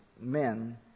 men